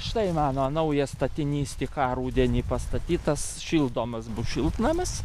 štai mano naujas statinys tik ką rudenį pastatytas šildomas bus šiltnamis